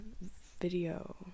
video